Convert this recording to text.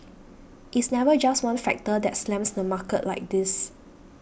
it's never just one factor that slams the market like this